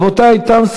רבותי,